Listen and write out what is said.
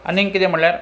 आनींग कितें म्हळ्यार